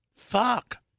Fuck